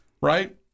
right